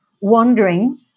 wandering